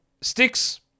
Sticks